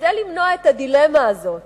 כדי למנוע את הדילמה הזאת,